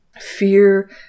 fear